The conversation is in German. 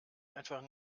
einfach